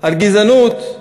על גזענות.